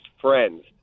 friends